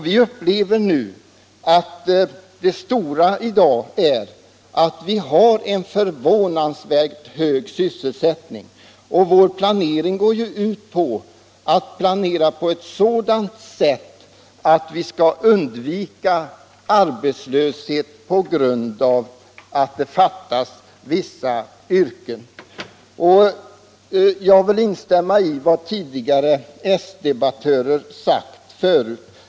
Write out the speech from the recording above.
Vi har i dag en förvånansvärt hög sysselsättning. Brist på viss utbildad arbetskraft kan skapa arbetslöshet och jag vill instämma i vad tidigare s-debattörer sagt.